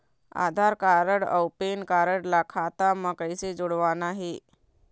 आधार card अऊ PAN card ला खाता म कइसे जोड़वाना हे?